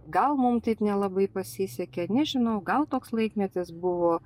gal mum taip nelabai pasisekė nežinau gal toks laikmetis buvo